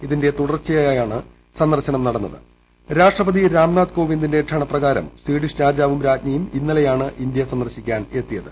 ഇതിന്റെ തുടർച്ചയായാണ് സന്ദർശനം നട്ടണ്ടിൽ പർമാഷ്ട്രപതി രാംനാഥ് കോവിന്ദിന്റെ ക്ഷണപ്രകാരം സ്വീഡിഷ് രാജ്ട്വും രാജ്ഞിയും ഇന്നലെയാണ് ഇന്ത്യാ സന്ദർശത്തിനെത്തിയത്